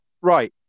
right